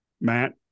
matt